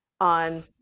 on